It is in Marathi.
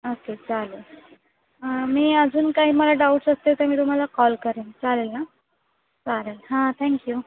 ओके चालेल मी अजून काही मला डाऊट्स असतील तर मी तुम्हाला कॉल करेन चालेल ना चालेल हां थँक्यू